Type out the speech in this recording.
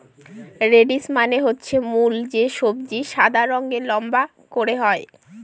radish মানে হচ্ছে মূল যে সবজি সাদা রঙের লম্বা করে হয়